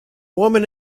woman